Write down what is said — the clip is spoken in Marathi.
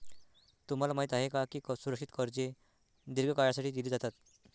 तुम्हाला माहित आहे का की सुरक्षित कर्जे दीर्घ काळासाठी दिली जातात?